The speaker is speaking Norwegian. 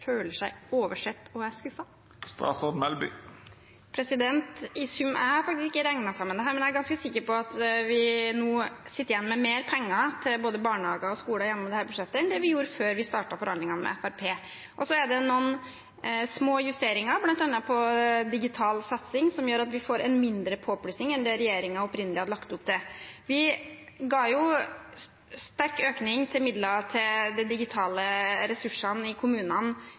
føler seg oversett og er skuffet? Jeg har faktisk ikke regnet sammen dette, men jeg er ganske sikker på at vi i sum sitter igjen med mer penger til både barnehager og skoler gjennom dette budsjettet enn det vi gjorde før vi startet forhandlingene med Fremskrittspartiet. Og så er det noen små justeringer, bl.a. på digital satsing, som gjør at vi får en mindre påplussing enn det regjeringen opprinnelig hadde lagt opp til. Vi la inn en sterk økning i midler til de digitale ressursene i kommunene